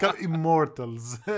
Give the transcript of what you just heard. immortals